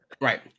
Right